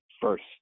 First